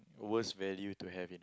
worse value to have in